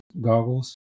goggles